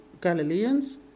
galileans